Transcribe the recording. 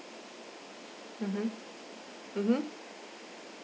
mmhmm mmhmm